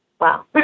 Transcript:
wow